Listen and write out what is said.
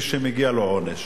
בו את מי שמגיע לו עונש.